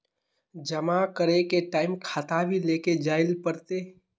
जमा करे के टाइम खाता भी लेके जाइल पड़ते?